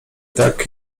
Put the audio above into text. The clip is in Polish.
tak